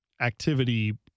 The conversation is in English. activity